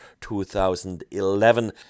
2011